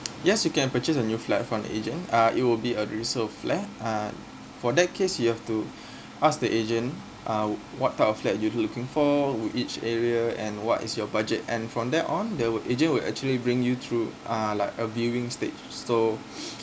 yes you can purchase a new flat from agent uh it will be a resale flat uh for that case you have to ask the agent uh what type of flat you looking for with each area and what is your budget and from there on they would agent would actually bring you through uh like a viewing stage so